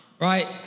right